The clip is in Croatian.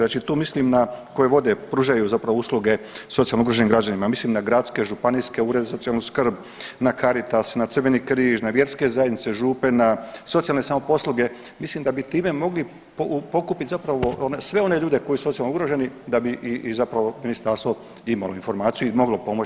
Znači tu mislim na koje vode pružaju usluge socijalno ugroženim građanima, mislim na gradske, županijske urede za socijalnu skrb, na Caritas, na Crveni križ, na vjerske zajednice župe, na socijalne samoposluge, mislim da bi time mogli pokupit zapravo sve one ljude koji su socijalno ugroženi da bi zapravo ministarstvo imalo informaciju i moglo pomoći kvalitetno.